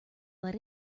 let